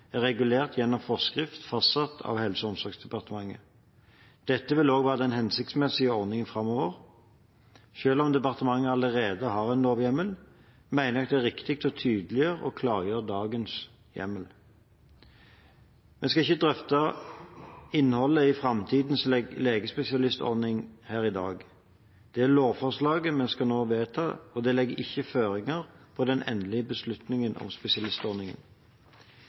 regulert gjennom forskrift fastsatt av Helse- og omsorgsdepartementet. Dette vil også være den hensiktsmessige ordningen framover. Selv om departementet allerede har en lovhjemmel, mener jeg det er riktig å tydeliggjøre og klargjøre dagens hjemmel. Vi skal ikke drøfte innholdet i framtidens legespesialistordning her i dag. Det lovforslaget vi nå skal vedta, legger ikke føringer for den endelige beslutningen om spesialistordningen.